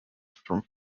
from